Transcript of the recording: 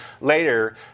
later